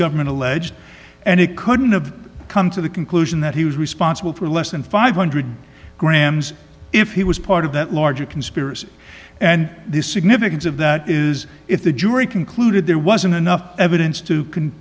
government alleged and it couldn't have come to the conclusion that he was responsible for less than five hundred grams if he was part of that larger conspiracy and the significance of that is if the jury concluded there wasn't enough evidence to can